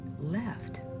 left